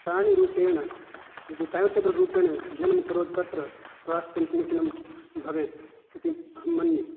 सारिणीरूपेण यदि time table रूपेण अध्ययनं करोति तत्र स्वास्थ्यं समीचीनं भवेत् इति अहं मन्ये